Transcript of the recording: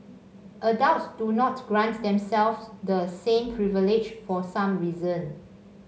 adults do not grant themselves the same privilege for some reason